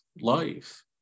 life